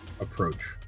approach